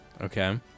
Okay